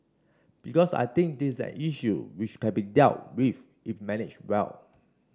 because I think this is an issue which can be dealt with if managed well